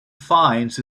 finds